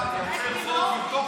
משפט אחרון.